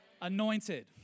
anointed